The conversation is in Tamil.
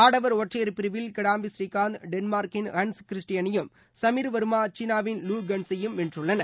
ஆடவர் ஒற்றையர் பிரிவில் கிடாம்பி பூரீகாந்த் டென்மார்க்கின் ஹன்ஸ் கிறிஸ்டியனையும் சமீர் வர்மா சீனாவின் லூ வான்சூ ஐயும் வென்றுள்ளனர்